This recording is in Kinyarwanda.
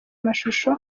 amashusho